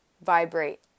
vibrate